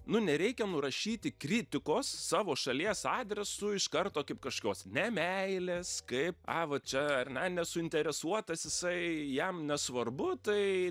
nu nereikia nurašyti kritikos savo šalies adresu iš karto kaip kažkokios nemeilės kaip ai va čia ar ne nesuinteresuotas jisai jam nesvarbu tai